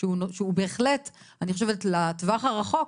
שהוא בהחלט, אני חושבת לטווח הרחוק.